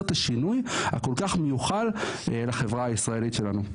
את השינוי הכל כך מיוחל לחברה הישראלית שלנו.